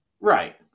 right